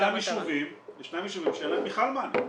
ישנם ישובים שאין להם בכלל מענה.